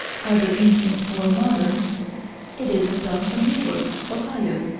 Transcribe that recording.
either ancient or modern it is a stone from newark, ohio,